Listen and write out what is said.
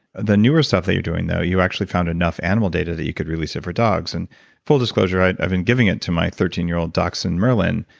the newer stuff that you're doing, though, you actually found enough animal data that you could release it for dogs. and full disclosure, i've i've been giving it to my thirteen year-old dachshund, merlin,